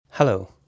Hello